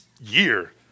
year